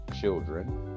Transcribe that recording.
children